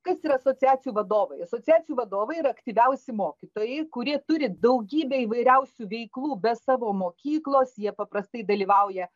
kas yra asociacijų vadovai asociacijų vadovai ir aktyviausi mokytojai kurie turi daugybę įvairiausių veiklų be savo mokyklos jie paprastai dalyvauja